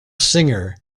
singer